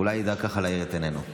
אולי הוא ידע להאיר את עינינו.